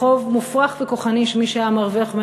זה חוב מופרך וכוחני שמי שהיו מרוויחים